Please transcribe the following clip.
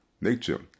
nature